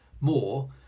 more